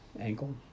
Ankle